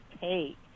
take